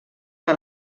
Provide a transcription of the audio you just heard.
que